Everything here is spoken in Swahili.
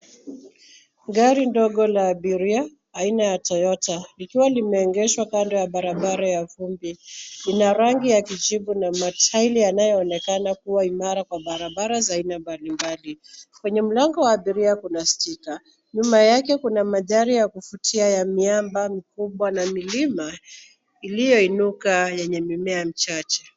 Gari ndogo la abiria aina ya Toyota, likiwa limeengeshwa upande wa barabara ya vumbi, lina rangi ya kijivu na matairi yanayoonekana kuwa imara kwa barabara za aina mbalimbali. Kwenye mlango wa abiria kuna sticker . Nyuma yake kuna mandhari ya kufutia ya miamba mikubwa na milima iliyoinuka yenye mimea michache.